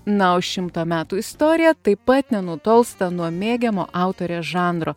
na o šimto metų istorija taip pat nenutolsta nuo mėgiamo autorės žanro